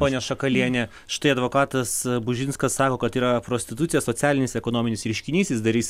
ponia šakaliene štai advokatas bužinskas sako kad yra prostitucija socialinis ekonominis reiškinys jis darys